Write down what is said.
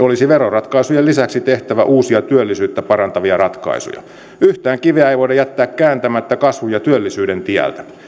olisi veroratkaisujen lisäksi tehtävä uusia työllisyyttä parantavia ratkaisuja yhtään kiveä ei voida jättää kääntämättä kasvun ja työllisyyden tieltä